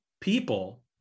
people